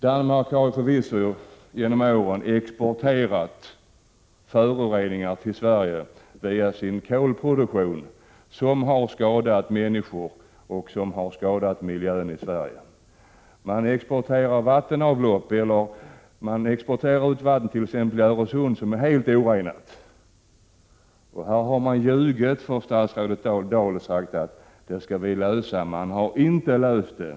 Danmark har genom åren förvisso exporterat föroreningar till Sverige via sin kolproduktion, föroreningar som har skadat både människor och miljö i Sverige. Man släpper t.ex. ut vatten i Öresund som är helt orenat. I detta sammanhang har man ljugit för statsrådet Dahl och sagt att frågan skall lösas. Men man har inte löst den.